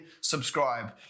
subscribe